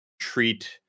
treat